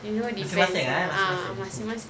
masing-masing ah eh masing-masing